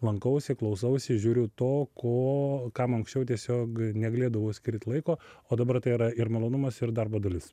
lankausi klausausi žiūriu to ko kam anksčiau tiesiog negalėdavau skirt laiko o dabar tai yra ir malonumas ir darbo dalis